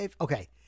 okay